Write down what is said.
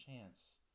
chance